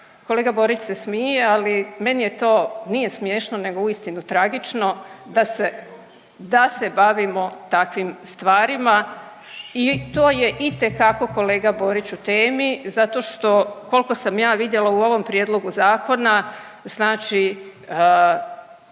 kolega Borić se smije ali meni je to, nije smiješno nego uistinu tragično da se, da se bavimo takvim stvarima. I to je itekako kolega Borić u temi, zato što koliko sam ja vidjela u ovom prijedlogu zakona, znači